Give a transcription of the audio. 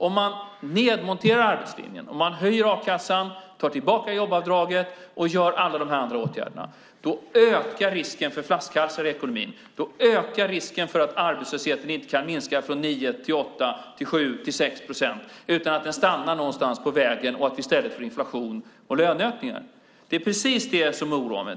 Om man nedmonterar arbetslinjen, höjer a-kassan, tar tillbaka jobbavdraget och vidtar alla de andra åtgärderna ökar risken för flaskhalsar i ekonomin. Då ökar risken för att arbetslösheten inte kan minska från 9 till 8 till 7 till 6 procent utan stannar någonstans på vägen och att vi i stället får inflation och löneökningar. Det är precis det som oroar mig.